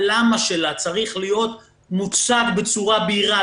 הלמה שלה צריך להיות מוצג בצורה בהירה,